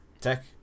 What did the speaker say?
Tech